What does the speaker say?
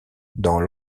dans